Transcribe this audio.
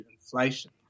inflation